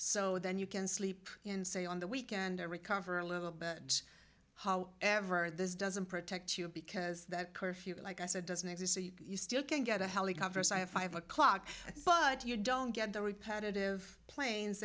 so then you can sleep in say on the weekend or recover a little bit how ever this doesn't protect you because that curfew like i said doesn't exist you still can't get a helicopter as i have five o'clock but you don't get the repetitive planes